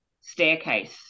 staircase